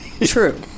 True